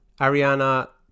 Ariana